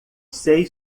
sei